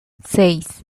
seis